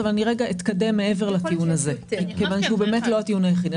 אבל אתקדם מעבר לטיעון הזה כי הוא לא הטיעון היחיד.